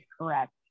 correct